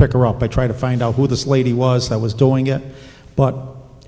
pick her up i try to find out who this lady was that was doing it but